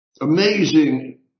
amazing